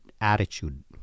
attitude